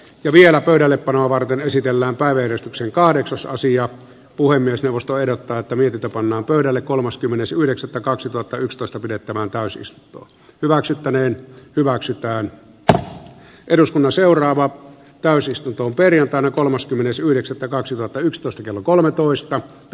ja vielä pöydälle panoa varten esitellään päivystyksen kahdeksasosia puhemiesneuvosto ehdottaa että virta pannaan pöydälle kolmaskymmenes yhdeksättä kaksituhattayksitoista pidettävään täysistunto hyväksyttäneen hyväksikäyttö eduskunnan seuraavaan täysistuntoon perjantaina kolmaskymmenes yhdeksättä kaksituhattayksitoista kello kolmetoista keskeytetään